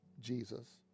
Jesus